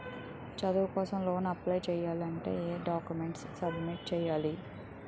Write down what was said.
చదువు కోసం loan apply చేయాలి అంటే ఎం డాక్యుమెంట్స్ సబ్మిట్ చేయాలి?